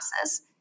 process